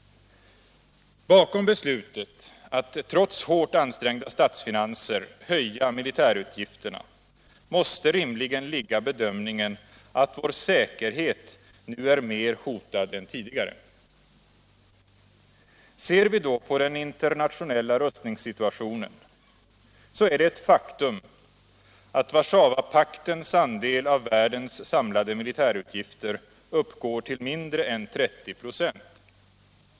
Bakom beslutet att trots hårt ansträngda statsfinanser höja militärutgifterna måste rimligen ligga bedömningen att vår säkerhet nu är mer hotad än tidigare. Ser vi då på den internationella rustningssituationen, så är det ett faktum att Warszawapaktens andel av världens samlade militärutgifter uppgår till mindre än 30 26.